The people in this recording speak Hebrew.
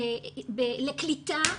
לקליטה